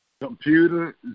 Computer